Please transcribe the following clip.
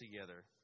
together